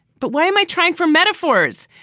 but why am i trying for metaphors?